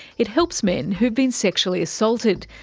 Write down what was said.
it helps men who've been sexually assaulted.